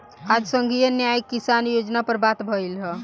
आज संघीय न्याय किसान योजना पर बात भईल ह